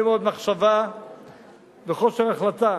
הרבה מאוד מחשבה וכושר החלטה,